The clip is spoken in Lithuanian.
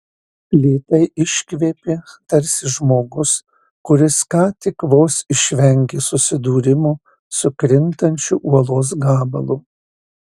lėtai iškvėpė tarsi žmogus kuris ką tik vos išvengė susidūrimo su krintančiu uolos gabalu